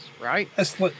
right